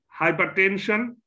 hypertension